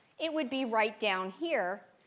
it would be right down here,